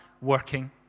working